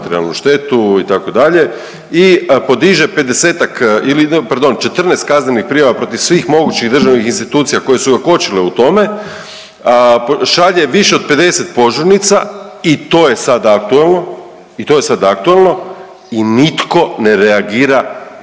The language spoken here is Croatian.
50-ak ili, pardon, 14 kaznenih prijava protiv svih mogućih državnih institucija koje su ga kočile u tome, šalje više od 50 požurnica i to je sad aktualno i to je sad aktualno